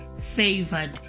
favored